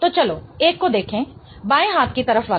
तो चलो एक को देखें बाएं हाथ की तरफ वाला